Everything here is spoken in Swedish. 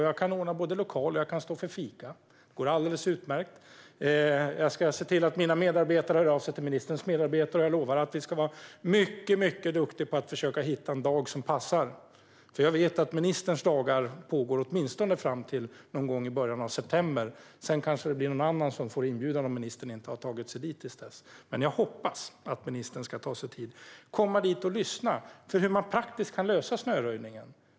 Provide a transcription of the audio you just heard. Jag kan både ordna lokal och stå för fika, det går alldeles utmärkt. Jag ska se att mina medarbetare hör av sig till ministerns medarbetare, och jag lovar att vi ska vara mycket, mycket duktiga på att försöka hitta en dag som passar. Jag vet att ministerns dagar i tjänst pågår åtminstone fram till någon gång i början av september. Sedan kanske det blir någon annan som får inbjudan om ministern inte har tagit sig dit innan dess. Men jag hoppas att ministern ska ta sig tid att komma dit och lyssna på hur man praktiskt kan lösa snöröjningen.